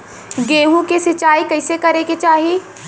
गेहूँ के सिंचाई कइसे करे के चाही?